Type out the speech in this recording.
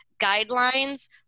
guidelines